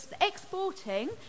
exporting